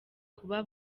kuba